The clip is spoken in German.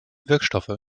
wirkstoffe